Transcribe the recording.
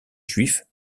juif